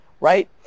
Right